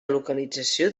localització